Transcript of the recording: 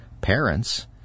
parents